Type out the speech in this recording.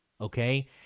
Okay